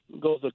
goes